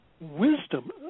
wisdom